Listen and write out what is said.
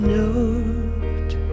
note